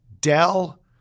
Dell